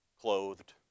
clothed